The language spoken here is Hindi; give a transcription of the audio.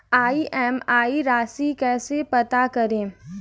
ई.एम.आई राशि कैसे पता करें?